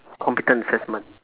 computer assessment